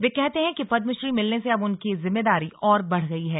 वे कहते हैं कि पद्मश्री मिलने से अब उनकी जिम्मेदारी और बढ़ गई है